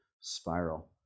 spiral